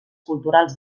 culturals